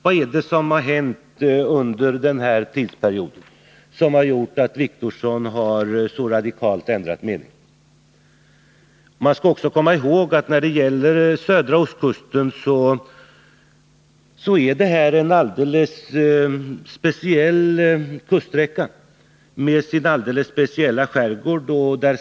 Vad är det som har hänt under den här perioden som gjort att Åke Wictorsson så radikalt ändrat mening? Vi skall också komma ihåg att södra ostkusten är en alldeles speciell kuststräcka med sin alldeles speciella skärgård.